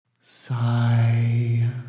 Sigh